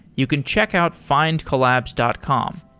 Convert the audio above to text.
you can check out findcollabs dot com.